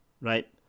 right